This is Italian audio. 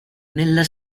nella